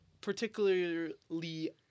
particularly